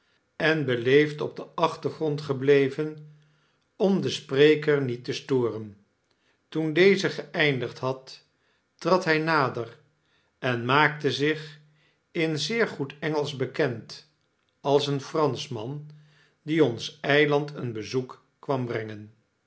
en beleefd op den achtergrond gebleven om den spreker niet te storen toen deze geeindigd had trad hij nader en maakte zich in zeer goed engelsch bekend als een franschman die ons eiland een bezoek kwam brengen